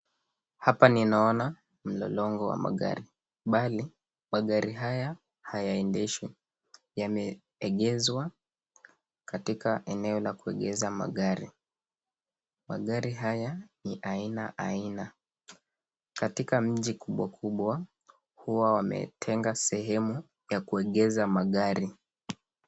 Hapa ninaona mlolongo wa magari. Bali magari haya hayaendeshwi. Yameegezwa katika eneo la kuegeza magari. Magari haya ni aina aina. Katika mji kubwa kubwa huwa wametenga sehemu ya kuegeza magari.